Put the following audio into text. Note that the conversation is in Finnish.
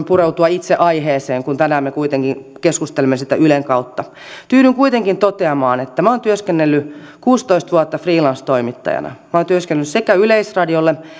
pureutua itse aiheeseen kun tänään me kuitenkin keskustelemme siitä ylen kautta tyydyn kuitenkin toteamaan että minä olen työskennellyt kuusitoista vuotta freelance toimittajana minä olen työskennellyt sekä yleisradiolle